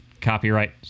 copyright